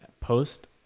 post